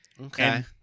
Okay